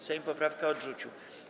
Sejm poprawkę odrzucił.